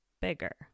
bigger